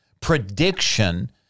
prediction